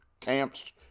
camps